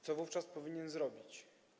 Co wówczas powinien zrobić?